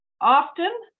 Often